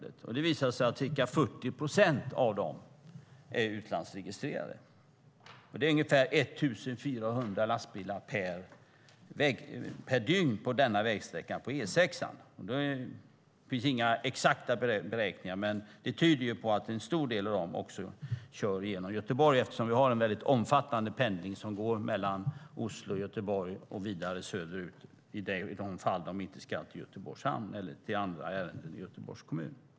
Det har visat sig att ca 40 procent av dem är utlandsregistrerade. Det går ungefär 1 400 lastbilar per dygn på denna vägsträcka på E6. Det finns inga exakta beräkningar, men en stor del av dem lär köra genom Göteborg, eftersom vi har en väldigt omfattande pendling mellan Oslo och Göteborg och vidare söderut i de fall man inte ska till Göteborgs hamn eller har andra ärenden i Göteborgs kommun.